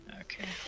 Okay